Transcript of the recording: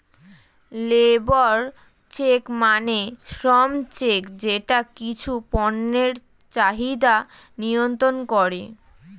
labour check মানে শ্রম check যেটা কিছু পণ্যের চাহিদা নিয়ন্ত্রন করে